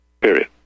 period